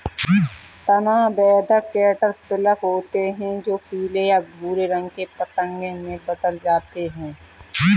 तना बेधक कैटरपिलर होते हैं जो पीले या भूरे रंग के पतंगे में बदल जाते हैं